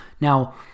Now